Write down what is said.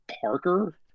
Parker